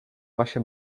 vaše